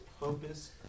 purpose